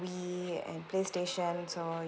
wii and playstation so